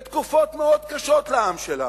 בתקופות מאוד קשות לעם שלנו?